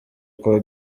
kwa